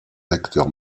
acteurs